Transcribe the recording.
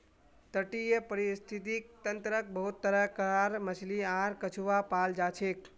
तटीय परिस्थितिक तंत्रत बहुत तरह कार मछली आर कछुआ पाल जाछेक